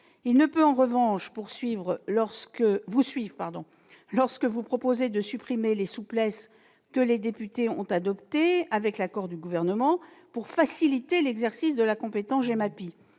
Il ne peut en revanche suivre la proposition de suppression des souplesses que les députés ont adoptées, avec l'accord du Gouvernement, pour faciliter l'exercice de la compétence GEMAPI.